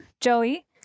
Joey